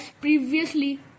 previously